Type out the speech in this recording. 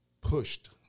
pushed